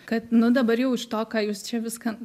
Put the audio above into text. kad nu dabar jau iš to ką jūs čia viską